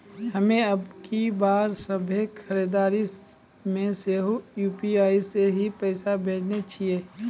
हम्मे अबकी बार सभ्भे खरीदारी मे सेहो यू.पी.आई से ही पैसा भेजने छियै